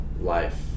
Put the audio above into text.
life